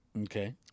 Okay